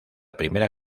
primera